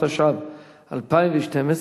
התשע"ב 2012,